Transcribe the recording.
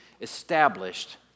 established